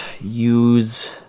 use